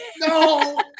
no